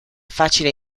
facile